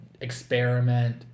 experiment